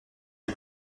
est